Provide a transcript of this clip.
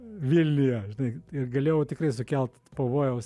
vilniuje žinai ir galėjau tikrai sukelt pavojaus